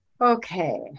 Okay